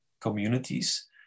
communities